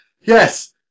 Yes